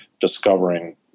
discovering